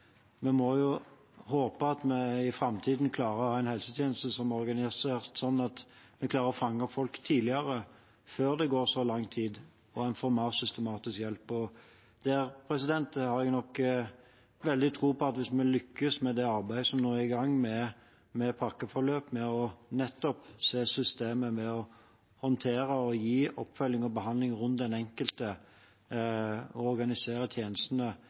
vi må håpe at vi i framtiden klarer å ha en helsetjeneste som er organisert slik at vi klarer å fange opp folk tidligere, før det går så lang tid, og at man får mer systematisk hjelp. Jeg har stor tro på at hvis vi lykkes med det arbeidet som nå er i gang med pakkeforløp – et system for å håndtere og gi oppfølging og behandling til den enkelte og organisere tjenestene